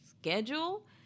schedule